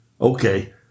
Okay